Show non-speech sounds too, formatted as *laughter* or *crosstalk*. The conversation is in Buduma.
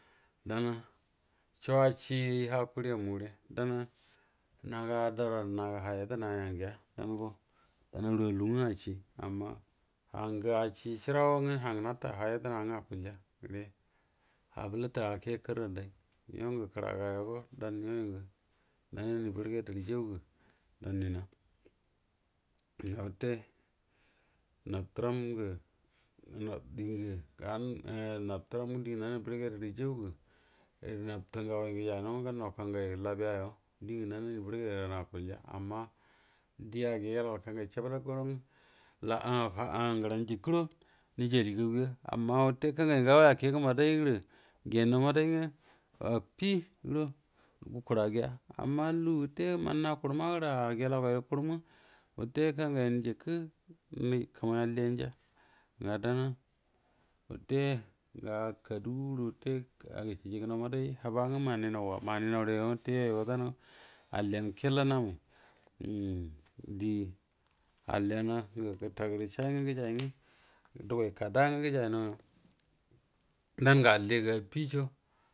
Dan’a co accie ay ha kuri mu gare dan’a naga ha yedəna ya ngəa dan’go dan guo ro alu ngwo accie, amma hangoə aciciarongwo hangə nata ha yadəna akuəja gəre ha bəllatu akegv karranday nnanani burgedu rə jjau gə danninra ga wate nabteram gə diengu gan mabtɛra ɗiengə nanani burdo raj au ngəo nabga labio yo ɗiengə nanani burge dəgcim akurlja amma die agegallay kangay cəabalale cəabala lc ngwə ah ah gəran jəkə guəro nəji aki gaguya amma wute kangan ngagway akeyə maday gere gyennow maday ngo affi guəro gukuru gə ya, amma lugu gəte menna kura ma gərə, agegella gwai kurum ngwə watə kangayen jəke kamay aliyanja ga dama wuta, ga kadugu gərə wate gacieji gə naw maday huju ngo manenawwa mano nawrije yunngwə, wute yuoyo alliye kolla namay um die alliyan gə gətəə gərə shayi ngwo gəjay ngwə *noise* dugway kada’a nga gəjay naw yo dangralliga affice.